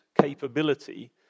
capability